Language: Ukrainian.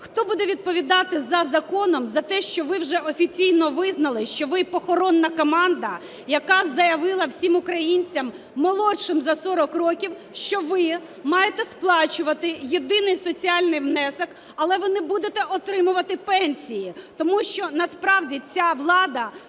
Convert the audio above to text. Хто буде відповідати, за законом, за те, що ви вже офіційно визнали, що ви "похоронна" команда, яка заявила всім українцям, молодшим за 40 років, що ви маєте сплачувати єдиний соціальний внесок, але ви не будете отримувати пенсії. Тому що насправді ця влада